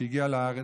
שהגיע לארץ,